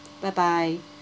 bye bye